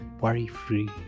worry-free